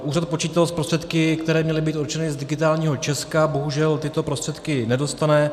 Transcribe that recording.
Úřad počítal s prostředky, které měly být určeny z Digitálního Česka, bohužel tyto prostředky nedostane.